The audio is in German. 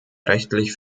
rechtlich